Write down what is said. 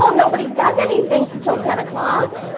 nobody does anything until ten o'clock.